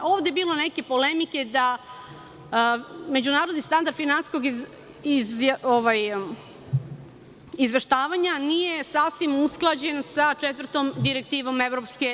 Ovde je bilo neke polemike da međunarodni standard finansijskog izveštavanja, nije sasvim usklađen sa Četvrtom direktivom EU.